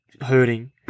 hurting